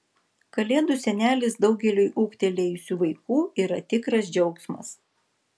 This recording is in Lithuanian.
kalėdų senelis daugeliui ūgtelėjusių vaikų yra tikras džiaugsmas